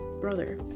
brother